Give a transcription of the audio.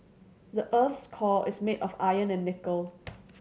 the earth's core is made of iron and nickel